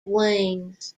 wings